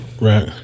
Right